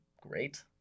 great